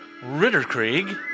Ritterkrieg